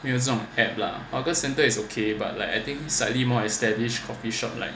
这种 app lah hawker center is okay but like I think slightly more established coffee shop like